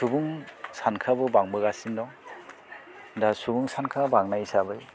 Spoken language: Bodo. सुबुं सानखोआबो बांबोगासिनो दं दा सुबुं सानखोआ बांनाय हिसाबै